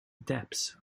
depths